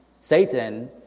Satan